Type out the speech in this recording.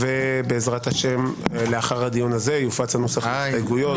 בעזרת השם לאחר הדיון הזה יופץ הנוסח להסתייגויות,